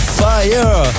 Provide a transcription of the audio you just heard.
fire